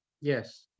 yes